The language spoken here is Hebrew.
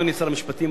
אדוני שר המשפטים,